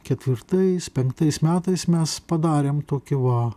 ketvirtais penktais metais mes padarėm tokį va